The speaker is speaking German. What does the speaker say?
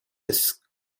des